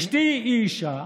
אשתי היא אישה